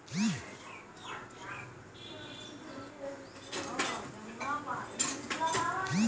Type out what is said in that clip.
ऋण भुगतानो मे सूदो साथे पैसो जमा करै ल लागै छै